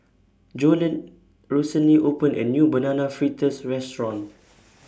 Jolene recently opened A New Banana Fritters Restaurant